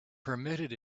permitted